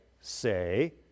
say